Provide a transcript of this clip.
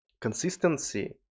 Consistency